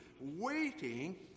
waiting